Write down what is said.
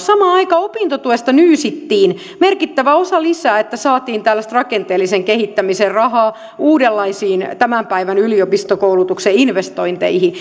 samaan aikaan opintotuesta nyysittiin merkittävä osa lisää että saatiin tällaista rakenteellisen kehittämisen rahaa uudenlaisiin tämän päivän yliopistokoulutuksen investointeihin